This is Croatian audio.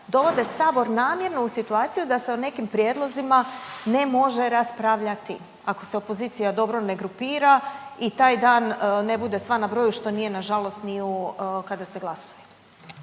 dovode sabor namjerno u situaciju da se o nekim prijedlozima ne može raspravljati ako se opozicija dobro ne grupira i taj dan ne bude sva na broju, što nije nažalost ni ovdje kada se glasuje.